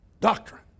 Doctrine